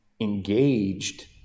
engaged